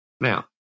Now